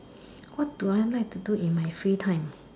what do I like to do in my free time